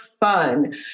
fun